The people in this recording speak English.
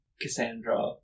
Cassandra